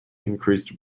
increased